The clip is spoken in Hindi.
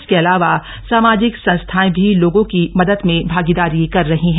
इसके अलावा सामाजिक संस्थाएं भी लोगों की मदद में भागीदारी कर रही है